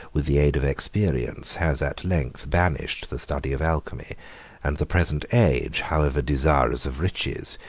with the aid of experience, has at length banished the study of alchemy and the present age, however desirous of riches,